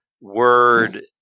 word